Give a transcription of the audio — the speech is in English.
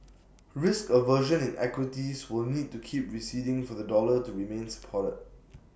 risk aversion in equities will need to keep receding for the dollar to remain supported